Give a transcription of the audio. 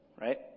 Right